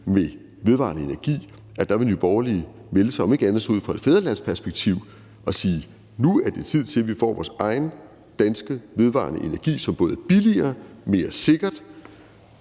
med vedvarende energi, vil Nye Borgerlige melde sig, om ikke andet så ud fra et fædrelandsperspektiv, og sige, at det nu er tid til, at vi får vores egen danske vedvarende energi, som både er billigere, mere sikker